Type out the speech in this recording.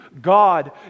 God